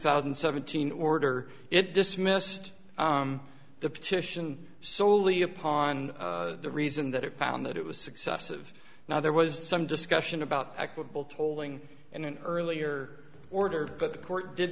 thousand and seventeen order it dismissed the petition solely upon the reason that it found that it was successive now there was some discussion about equitable tolling in an earlier order but the court did